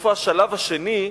איפה השלב השני,